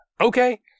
Okay